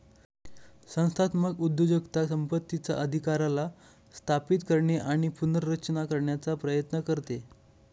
संस्थात्मक उद्योजकता संपत्तीचा अधिकाराला स्थापित करणे आणि पुनर्रचना करण्याचा प्रयत्न करते